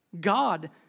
God